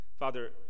Father